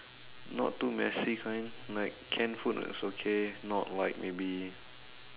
not too messy kind like canned food is okay not like maybe